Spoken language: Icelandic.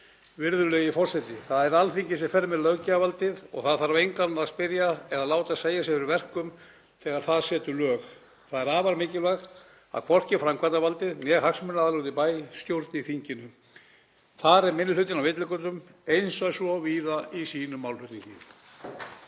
Virðulegi forseti. Það er Alþingi sem fer með löggjafarvaldið og það þarf engan að spyrja eða láta segja sér fyrir verkum þegar það setur lög. Það er afar mikilvægt að hvorki framkvæmdarvaldið né hagsmunaaðilar úti í bæ stjórni þinginu. Þar er minni hlutinn á villigötum eins og svo víða í sínum málflutningi.